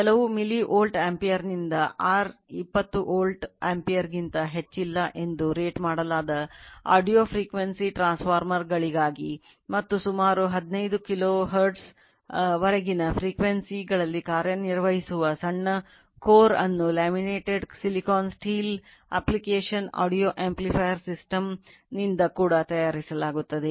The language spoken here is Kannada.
ಕೆಲವು ಮಿಲಿ ವೋಲ್ಟ್ ಆಂಪಿಯರ್ನಿಂದ ಆರ್ 20 ವೋಲ್ಟ್ ಆಂಪಿಯರ್ಗಿಂತ ಹೆಚ್ಚಿಲ್ಲ ಎಂದು ರೇಟ್ ಮಾಡಲಾದ audio frequency transformer ನಿಂದ ಕೂಡ ತಯಾರಿಸಲಾಗುತ್ತದೆ